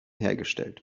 hergestellt